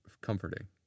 comforting